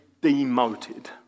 demoted